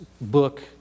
book